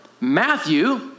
Matthew